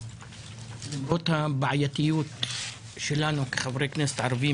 למרות הבעייתיות שלנו כחברי כנסת ערבים